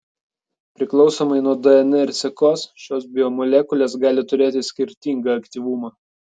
priklausomai nuo dnr sekos šios biomolekulės gali turėti skirtingą aktyvumą